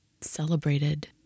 celebrated